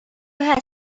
üha